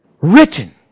written